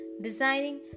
Designing